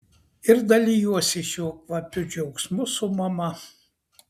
ir dalijuosi šiuo kvapiu džiaugsmu su mama